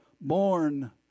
born